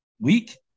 week